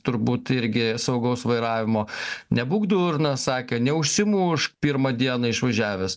turbūt irgi saugaus vairavimo nebūk durnas sakė neužsimušk pirmą dieną išvažiavęs